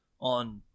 on